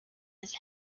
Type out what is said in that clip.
his